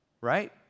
Right